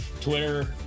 Twitter